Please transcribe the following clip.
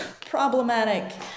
problematic